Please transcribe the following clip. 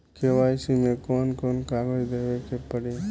KYC मे कौन कौन कागज देवे के पड़ी?